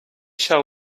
shall